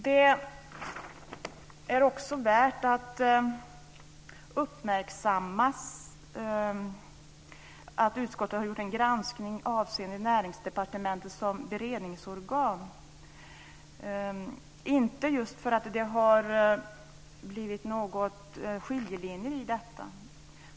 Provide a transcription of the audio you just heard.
Det är också värt att uppmärksamma att utskottet har gjort en granskning avseende Näringsdepartementet som beredningsorgan, inte just för att det har varit någon skiljelinje i denna.